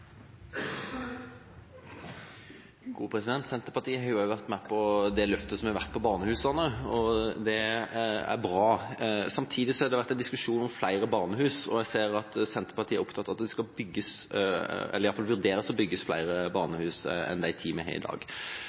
Senterpartiet har også vært med på det løftet som har vært på barnehusene, og det er bra. Samtidig har det vært en diskusjon om flere barnehus, og jeg ser at Senterpartiet er opptatt av at det skal vurderes å bygge flere barnehus enn de ti vi har i dag.